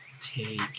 Take